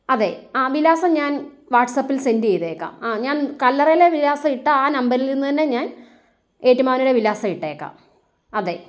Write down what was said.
അതെ ആ വിലാസം ഞാൻ വാട്സപ്പിൽ സെൻഡ് ചെയ്തേക്കാം ആ ഞാൻ കല്ലറയിലെ വിലാസം ഇട്ട ആ നമ്പറിൽ നിന്ന് തന്നെ ഞാൻ ഏറ്റൂമാനൂരെ വിലാസം ഇട്ടേക്കാം അതെ